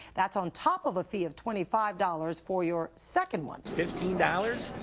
that on top of a fee of twenty five dollars for your second one. fifteen dollars?